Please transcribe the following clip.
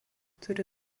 turi